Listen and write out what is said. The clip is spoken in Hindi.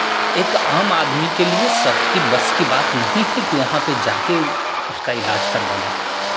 एक आम आदमी के लिए सबके बस की बात नहीं है कि वहाँ पे जाके उसका इलाज करवाना